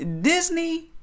Disney